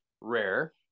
rare